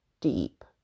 deep